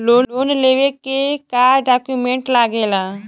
Loan लेवे के का डॉक्यूमेंट लागेला?